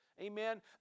Amen